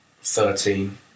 Thirteen